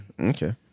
Okay